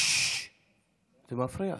זה מפריע.